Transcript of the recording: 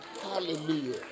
Hallelujah